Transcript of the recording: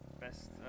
best